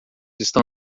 estão